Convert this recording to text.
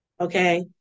Okay